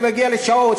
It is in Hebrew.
כשזה מגיע לשעות,